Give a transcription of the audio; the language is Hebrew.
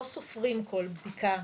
לא סופרים כל בדיקה,